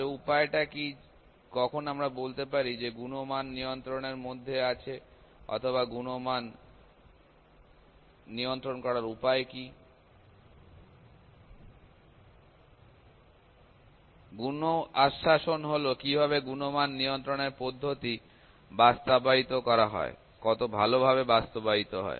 তাহলে উপায় টা কি কখন আমরা বলতে পারি যে গুণমান নিয়ন্ত্রণের মধ্যে আছে অথবা গুণমান গুন আশ্বাসন নিয়ন্ত্রণ করার উপায় কি গুন আশ্বাসন হলো কিভাবে গুণমান নিয়ন্ত্রণ এর পদ্ধতি বাস্তবায়িত করা হয় কত ভালোভাবে বাস্তবায়িত হয়